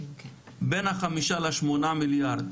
בין ה-5 ל-8 מיליארד